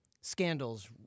scandals